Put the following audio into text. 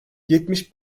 yetmiş